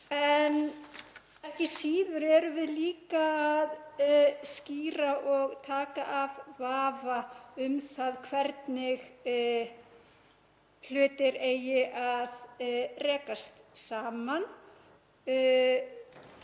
en ekki síður erum við líka að skýra og taka af vafa um það hvernig hlutir eigi að rekast saman,